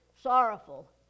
sorrowful